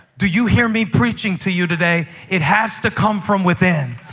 do you hear me preaching to you today? it has to come from within.